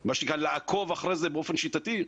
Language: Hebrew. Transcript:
מה שנקרא לעקוב אחרי זה באופן שיטתי,